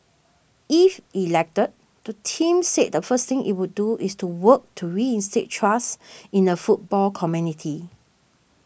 if elected the team said the first thing it would do is to work to reinstate trust in the football community